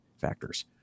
factors